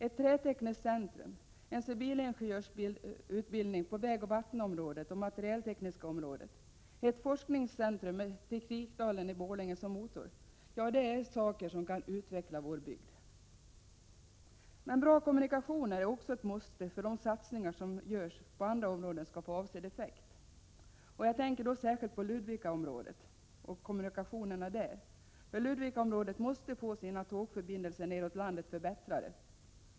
Ett trätekniskt centrum, en civilingenjörsutbildning på vägoch vattenområdet och på det materialtekniska området, ett forskningscentrum med Teknikdalen i Borlänge som motor är saker som kan utveckla vår bygd. Bra kommunikationer är ett måste för att de satsningar som görs på andra områden skall få avsedd effekt. Jag tänker särskilt på kommunikationerna i Ludvikaområdet, som måste få sina tågförbindelser neråt landet förbättrade.